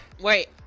Wait